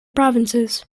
provinces